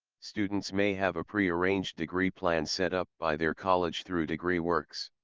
students may have a prearranged degree plan set up by their college through degreeworks.